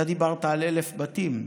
אתה דיברת על 1,000 בתים,